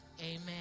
Amen